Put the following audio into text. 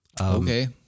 Okay